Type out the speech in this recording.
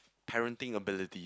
parenting abilities